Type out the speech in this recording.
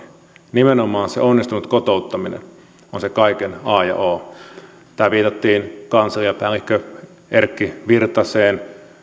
nimenomaan se onnistunut kotouttaminen on se kaiken a ja o täällä viitattiin kansliapäällikkö erkki virtaseen